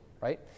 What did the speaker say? right